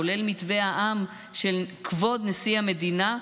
כולל מתווה העם של כבוד נשיא המדינה,